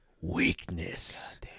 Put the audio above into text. weakness